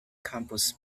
campus